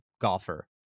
golfer